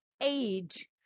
age